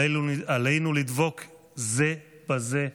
עלינו לדבוק זה בזה,